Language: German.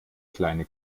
kleine